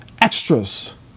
extras